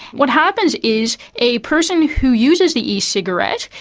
what happens is a person who uses the e-cigarette,